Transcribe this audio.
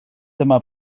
dyma